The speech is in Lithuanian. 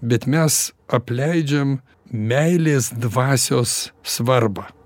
bet mes apleidžiam meilės dvasios svarbą